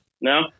No